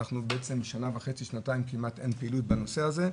בעצם שנה וחצי-שנתיים כמעט אין פעילות בנושא הזה.